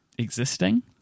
existing